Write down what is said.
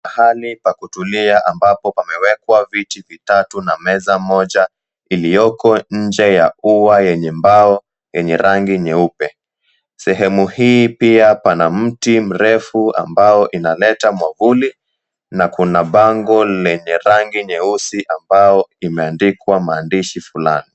Pahali pa kutulia ambapo pameekwa viti vitatu na meza moja iliyoko nje ya ua yenye mbao yenye rangi nyeupe, sehemu hii pia pana mti mrefu ambao inaleta mwavuli na kuna bango lenye rangi nyeusi ambao limeandikwa maandishi fulani.